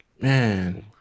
Man